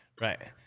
right